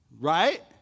Right